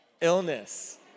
Illness